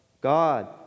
God